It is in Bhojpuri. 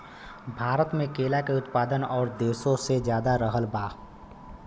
भारत मे केला के उत्पादन और देशो से ज्यादा रहल बा